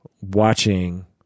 watching